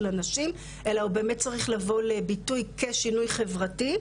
הנשים אלא הוא באמת צריך לבוא כביטוי כשינוי חברתי,